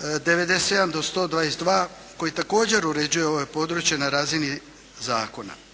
97. do 122. koji također uređuje područje na razini zakona.